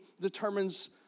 determines